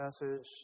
message